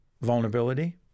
vulnerability